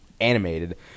animated